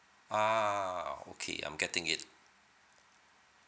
ah okay I'm getting it